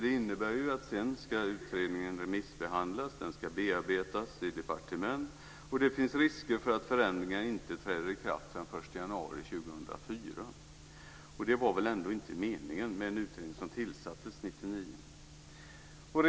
Det innebär att utredningen sedan ska remissbehandlas och bearbetas i departement. Det finns risk för att förändringar inte träder i kraft förrän den 1 januari 2004. Det var väl ändå inte meningen med en utredning som tillsattes 1999.